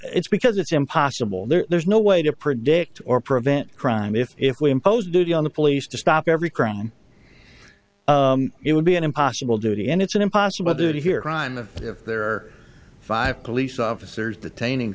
it's because it's impossible there's no way to predict or prevent crime if if we impose duty on the police to stop every crime it would be an impossible duty and it's an impossible duty here crime of if there are five police officers the taining